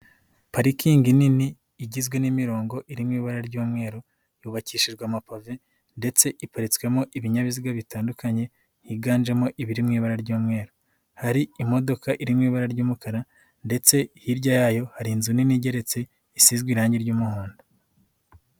Parikingi nini igizwe n'imirongo irimo ibara ry'umweru yubakishijwe amapave ndetse iparitswemo ibinyabiziga bitandukanye higanjemo ibiri mu ibara ry'umweru, hari imodoka iri mu ibara ry'umukara, ndetse hirya yayo hari inzu nini igeretse isizwe irangi ry'umuhondo.